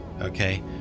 okay